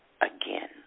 again